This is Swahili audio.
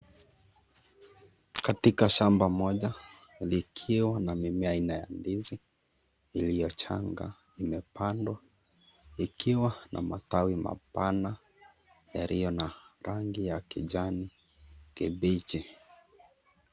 Katika shamba moja, likiwa na mimea aina ya ndizi iliyo changa. Imepandwa ikiwa na matawi mapana, yaliyo na rangi ya kijani kibichi.